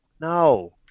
no